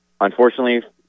Unfortunately